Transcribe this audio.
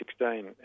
2016